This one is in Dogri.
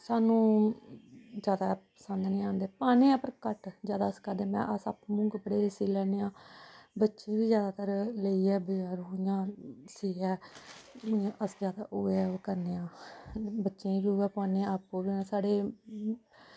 सानूं जादा पसंद निं औंदे पान्ने आं पर घट्ट जादा अस केह् करदे अस आपू कपड़े सी लैन्ने आं बच्चे बी जादातर लेइयै बजारों इ'यां सियै अस जादै उ'ऐ करने आं बच्चें बी उ'ऐ पोआने आं आपूं बी साढ़े